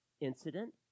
incident